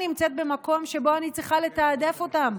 נמצאת במקום שבו אני צריכה לתעדף אותם,